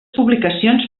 publicacions